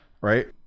right